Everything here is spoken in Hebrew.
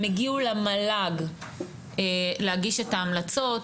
הם הגיעו למל"ג להגיש את ההמלצות,